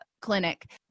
clinic